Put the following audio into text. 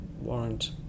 warrant